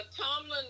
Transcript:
Tomlin